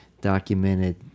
documented